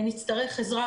אנחנו נצטרך עזרה,